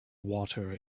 water